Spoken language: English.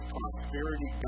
Prosperity